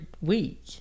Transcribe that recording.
week